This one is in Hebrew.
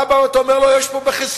אתה אומר: יש פה בחזקה,